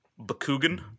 Bakugan